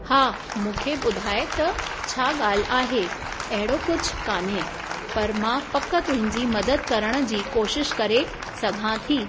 हा मूंखे ॿुधाए त छा ॻाल्हि आहे अहिड़ो कुझु कान्हे पर मां पक तुंहिंजी मदद करण जी कोशिश करे सघां थी